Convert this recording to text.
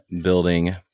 building